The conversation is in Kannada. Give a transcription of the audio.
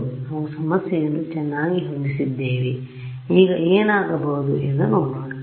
ಆದ್ದರಿಂದನಾವು ಸಮಸ್ಯೆಯನ್ನು ಚೆನ್ನಾಗಿ ಹೊಂದಿಸಿದ್ದೇವೆ ಈಗ ಏನಾಗಬಹುದು ಎಂದು ನೋಡೋಣ